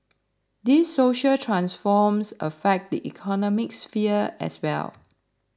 these social transforms affect the economic sphere as well